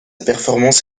performance